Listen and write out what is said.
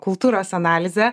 kultūros analizę